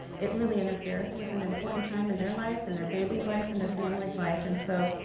it really interferes with an important time in their life and their baby's life and their family's life. and so,